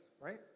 right